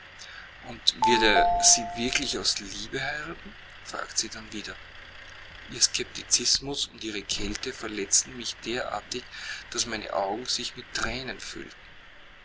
und wird er sie wirklich aus liebe heiraten fragte sie dann wieder ihr skepticismus und ihre kälte verletzten mich derartig daß meine augen sich mit thränen füllten